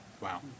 Wow